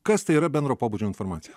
kas tai yra bendro pobūdžio informacija